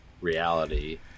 reality